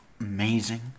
Amazing